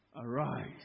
Arise